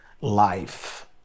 life